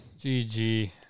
GG